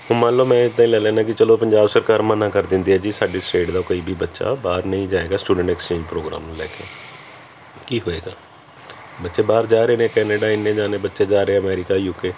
ਹੁਣ ਮੰਨ ਲਓ ਮੈਂ ਇੱਦਾਂ ਹੀ ਲੈ ਲੈਣਾ ਕਿ ਚਲੋ ਪੰਜਾਬ ਸਰਕਾਰ ਮਨਾਂਹ ਕਰ ਦਿੰਦੀ ਹੈ ਜੀ ਸਾਡੀ ਸਟੇਟ ਦਾ ਕੋਈ ਵੀ ਬੱਚਾ ਬਾਹਰ ਨਹੀਂ ਜਾਵੇਗਾ ਸਟੂਡੈਂਟ ਐਕਸਚੇਂਜ ਪ੍ਰੋਗਰਾਮ ਨੂੰ ਲੈ ਕੇ ਕੀ ਹੋਵੇਗਾ ਬੱਚੇ ਬਾਹਰ ਜਾ ਰਹੇ ਨੇ ਕੈਨੇਡਾ ਇੰਨੇ ਜਾਣੇ ਬੱਚੇ ਜਾ ਰਹੇ ਅਮੇਰੀਕਾ ਯੂ ਕੇ